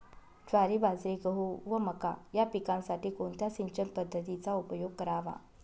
ज्वारी, बाजरी, गहू व मका या पिकांसाठी कोणत्या सिंचन पद्धतीचा उपयोग करावा?